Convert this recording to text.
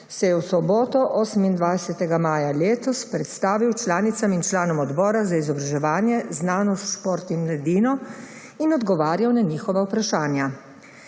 se je v soboto, 28. maja letos, predstavil članicam in članom Odbora za izobraževanje, znanost, šport in mladino ter odgovarjal na njihova vprašanja.